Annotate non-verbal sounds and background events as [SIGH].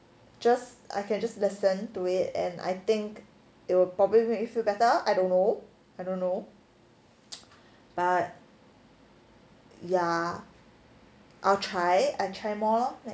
just I can just listen to it and I think it will probably make you feel better I don't know I don't know [NOISE] but ya I'll try I'll try more lor